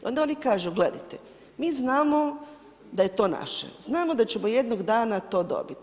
I onda oni kažu, gledajte mi znamo da je to naše, znamo da ćemo jednog dana to dobiti.